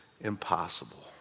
Impossible